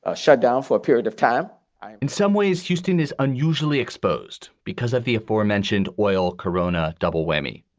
ah shutdown for a period of time in some ways, houston is unusually exposed because of the aforementioned oil corona double whammy.